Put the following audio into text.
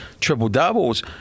triple-doubles